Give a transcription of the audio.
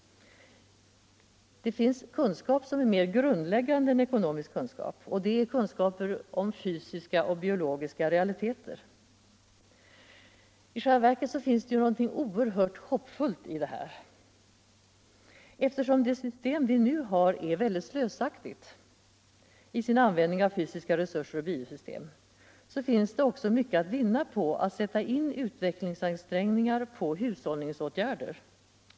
Det finns kunskaper som är mer grundläggande än ekonomisk kunskap, och det är kunskaper om fysiska och biologiska realiteter. I själva verket ligger det någonting oerhört hoppfullt i det här. Eftersom det system vi nu har är väldigt slösaktigt i sin användning av fysiska resurser och biosystem, så är det också mycket att vinna på att sätta in utvecklingsansträngningar på hushållningsåtgärder.